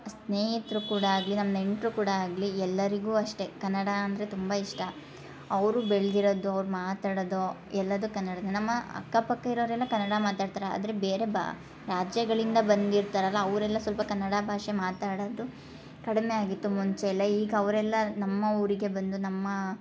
ಸ್ನೇಹಿತ್ರು ಕೂಡ ಆಗಲಿ ನಮ್ಮ ನೆಂಟ್ರು ಕೂಡ ಆಗಲಿ ಎಲ್ಲರಿಗೂ ಅಷ್ಟೇ ಕನ್ನಡ ಅಂದರೆ ತುಂಬ ಇಷ್ಟ ಅವರು ಬೆಳ್ದಿರೋದು ಅವ್ರು ಮಾತಾಡೋದು ಎಲ್ಲವೂ ಕನ್ನಡನೇ ನಮ್ಮ ಅಕ್ಕಪಕ್ಕ ಇರೋರೆಲ್ಲ ಕನ್ನಡ ಮಾತಾಡ್ತಾರೆ ಆದರೆ ಬೇರೆ ಬಾ ರಾಜ್ಯಗಳಿಂದ ಬಂದಿರ್ತಾರಲ್ಲ ಅವರೆಲ್ಲ ಸ್ವಲ್ಪ ಕನ್ನಡ ಭಾಷೆ ಮಾತಾಡೋದು ಕಡಿಮೆ ಆಗಿತ್ತು ಮುಂಚೆ ಎಲ್ಲ ಈಗ ಅವರೆಲ್ಲ ನಮ್ಮ ಊರಿಗೆ ಬಂದು ನಮ್ಮ